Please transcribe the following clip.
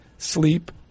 sleep